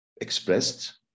expressed